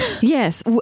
Yes